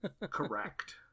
Correct